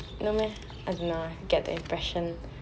no meh I don't know I got the impression